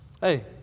Hey